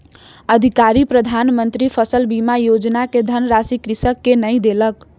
अधिकारी प्रधान मंत्री फसल बीमा योजना के धनराशि कृषक के नै देलक